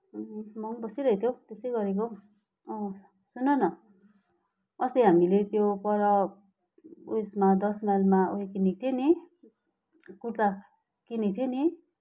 म पनि बसिरहेको थिएँ हौ त्यसै गरेको हौ अँ सुन न अस्ति हामीले त्यो पर उयसमा दस माइलमा उयो किनेको थियो नि कुर्ता किनेको थियो नि